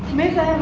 miss, i